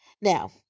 Now